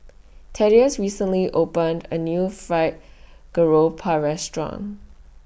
Thaddeus recently opened A New Fried Garoupa Restaurant